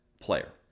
player